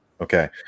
okay